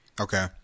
Okay